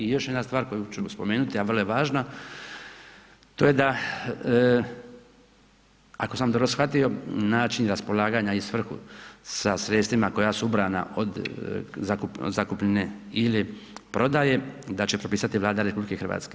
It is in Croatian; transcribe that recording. I još jedna stvar koju ću spomenuti, a vrlo je važna, to je da, ako sam dobro shvatio, način raspolaganja i svrhu sa sredstvima koja ubrana od zakupnine ili prodaje, da će propisati Vlada RH.